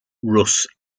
russ